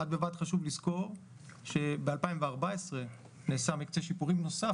בד בבד חשוב לזכור שב-2014 נעשה מקצה שיפורים נוסף